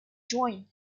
join